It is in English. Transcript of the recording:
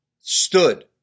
stood